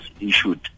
issued